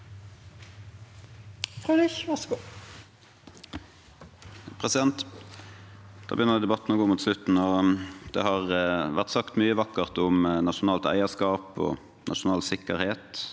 begynner denne debatten å gå mot slutten. Det har vært sagt mye vakkert om nasjonalt eierskap og nasjonal sikkerhet.